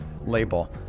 label